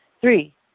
Three